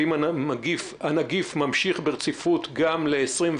ואם הנגיף ממשיך ברציפות גם ל-2021,